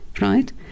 right